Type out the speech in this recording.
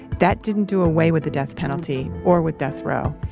that didn't do away with the death penalty or with death row.